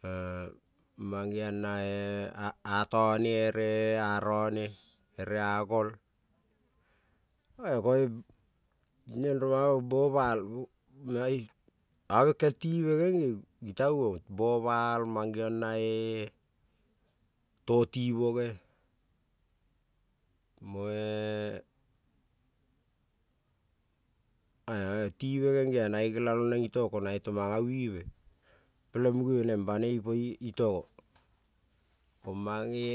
Mo ato mange na ato mange olomo ne ere arone ere a gol tinen romana. Obe kel tibe nene neuon bobal mangeo na e toti boge moe e tibe nenea nane nelalong ko mane to mana wive, pelen mune neng banoi i po itogo ko mane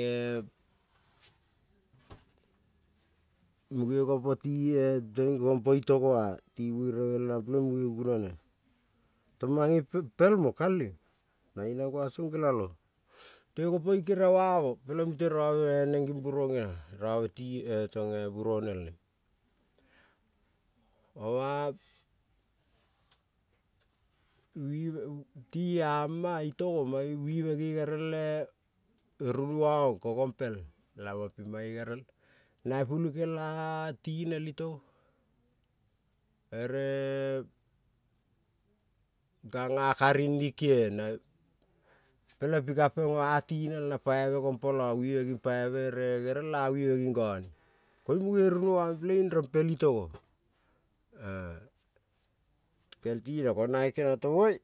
ko mune gopo itog ti buerebe lenan peleng mune gunone tong, mane pelmo ka leng mange nankuan song nelalo te kopo i keriabe ba mo peleng robeneng nin buronage ote buron, nelnen oma ti ama itogo koin wive ne gerel e runuon ko gompel oping mange gere na pulu kel a tinel itogo, ere gan a karin nikie na pelen pi kapen oa tinel na paibe gonpolo, wive paibe gon polo ere gerel a wive nin one, koin mune runuon koin rempel itogo e kel tinel ko nane kenion ton oe.